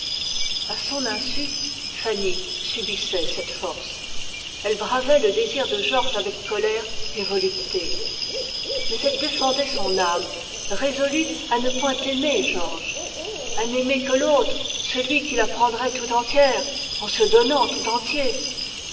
à son insu fanny subissait cette force elle bravait ce désir avec colère et volupté mais elle défendait son âme résolue à ne point aimer georges à n'aimer que l'autre celui qui la prendrait tout entière en se donnant tout entier